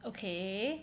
okay